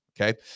Okay